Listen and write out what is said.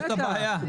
זאת הבעיה.